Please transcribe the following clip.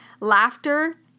laughter